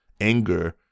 anger